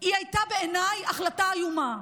היא הייתה בעיניי החלטה איומה,